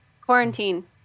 quarantine